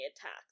attacks